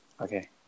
Okay